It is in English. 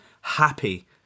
happy